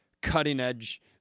cutting-edge